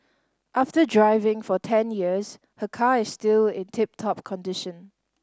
after driving for ten years her car is still in tip top condition